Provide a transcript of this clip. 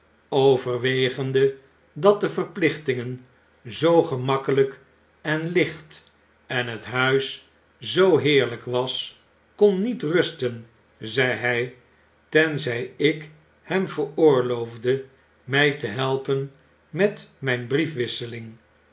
overwegende dat de verplichtingen zoo gemakkelyk en licht en het huis zoo heerlyk was konniet rusten zei hy tenzy ik hem veroorloofde mij te helpen met myn briefwisseling